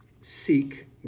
seek